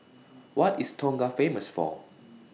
What IS Tonga Famous For